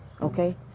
Okay